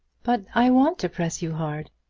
but i want to press you hard.